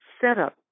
setup